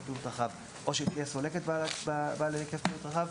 פעילות רחב או שתהיה סולקת בעל היקף פעילות רחב,